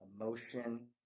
emotion